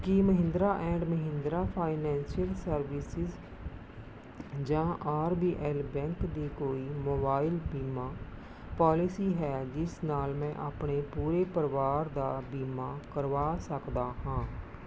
Ki Mahindra and Mahindra financial services ਜਾਂ R B L bank ਦੀ ਕੋਈ ਮੋਬਾਈਲ ਬੀਮਾ ਪੋਲਿਸੀ ਹੈ ਜਿਸ ਨਾਲ ਮੈਂ ਆਪਣੇ ਪੂਰੇ ਪਰਿਵਾਰ ਦਾ ਬੀਮਾ ਕਰਵਾ ਸਕਦਾ ਹਾਂ